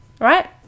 right